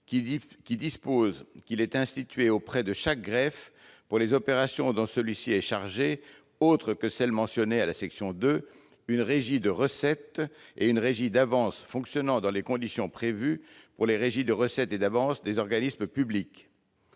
les termes :« Il est institué auprès de chaque greffe, pour les opérations dont celui-ci est chargé autres que celles mentionnées à la section 2 une régie de recettes et une régie d'avances fonctionnant dans les conditions prévues pour les régies de recettes et d'avances des organismes publics